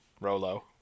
Rolo